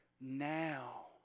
now